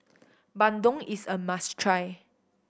bandung is a must try